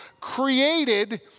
created